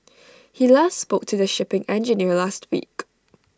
he last spoke to the shipping engineer last week